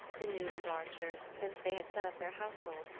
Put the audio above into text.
the newland archers, since they had set up their household,